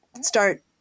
start